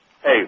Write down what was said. Hey